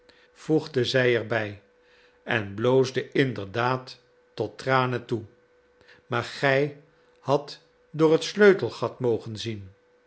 voegde zij er bij en bloosde inderdaad tot tranen toe maar gij hadt door het sleutelgat mogen zien